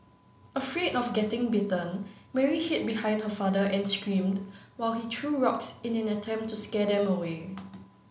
afraid of getting bitten Mary hid behind her father and screamed while he threw rocks in an attempt to scare them away